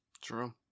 True